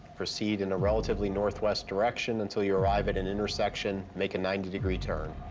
proceed in a relatively northwest direction until you arrive at an intersection. make a ninety degree turn.